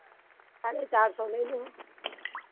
साढ़े चार सौ लै लिहो